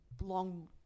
long